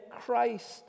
Christ